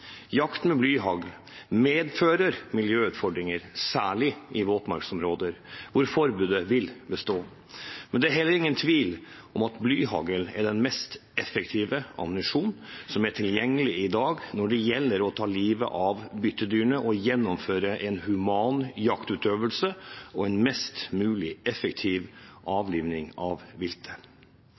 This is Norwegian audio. Jakt med blyhagl medfører miljøutfordringer, særlig i våtmarksområder, hvor forbudet vil bestå. Men det er heller ingen tvil om at blyhagl er den mest effektive ammunisjonen som er tilgjengelig i dag når det gjelder å ta livet av byttedyrene og gjennomføre en human jaktutøvelse og en mest mulig effektiv avlivning av viltet.